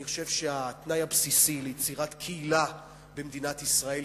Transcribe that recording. אני חושב שהתנאי הבסיסי ליצירת קהילה במדינת ישראל,